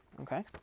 Okay